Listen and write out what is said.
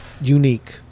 unique